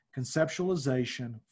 conceptualization